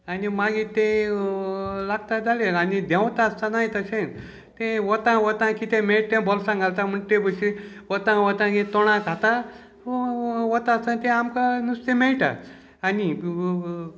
आनी मागीर ते लागता जालें आनी देंवता आसतनाय तशें तें वता वता कितें मेळटा बोल्सां घालता म्हण ते भशेन वता वता तोणा खाता वता आसतना ते आमकां नुस्तें मेळटा आनी